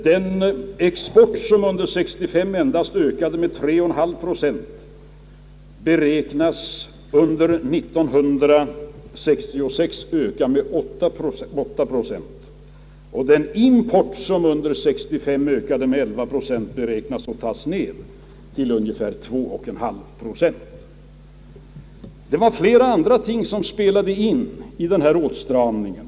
Den export som under år 1965 ökade med endast 3,5 procent beräknas under år 1966 öka med 8 procent, och den import som under år 1965 ökade med 11 procent beräknas komma att stanna vid en ökning om 2,5 procent. Åtskilliga andra ting har påverkat den här åtstramningen.